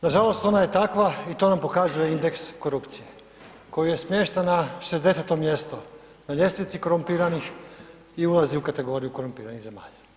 Nažalost, ona je takva i to nam pokazuje indeks korupcije koji je smješta na 60. mjesto, na ljestvici korumpiranih i ulazi u kategoriju korumpiranih zemalja.